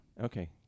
Okay